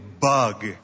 Bug